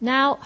Now